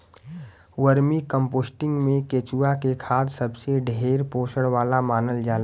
vermicomposting में केचुआ के खाद सबसे ढेर पोषण वाला मानल जाला